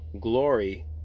glory